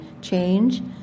change